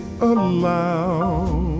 allow